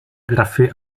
grafy